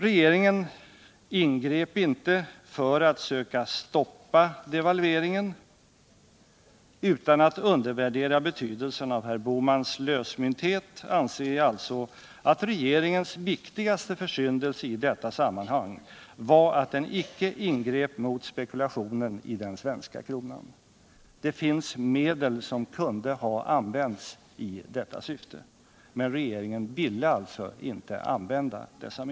Regeringen ingrep inte för att försöka stoppa devalveringen. Utan att undervärdera betydelsen av herr Bohmans lösmynthet anser jag alltså att regeringens viktigaste försyndelse i detta sammanhang var att den icke ingrep mot spekulationen i den svenska kronan. Det finns medel som kunde ha använts i detta syfte, men regeringen ville alltså inte tillgripa dessa.